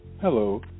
Hello